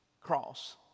cross